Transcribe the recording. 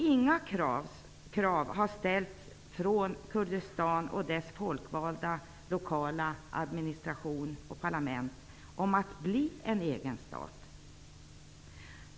Inga krav har ställts från Kurdistan, dess folkvalda lokala administration och parlament, om att bli en egen stat.